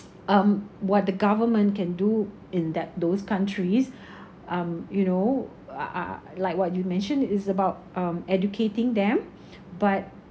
um what the government can do in that those countries um you know uh uh uh like what you mentioned is about um educating them but